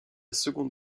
seconde